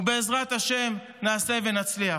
ובעזרת השם נעשה ונצליח.